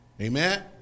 Amen